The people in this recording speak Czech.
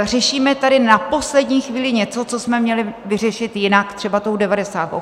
Řešíme tady na poslední chvíli něco, co jsme měli vyřešit jinak, třeba tou devadesátkou.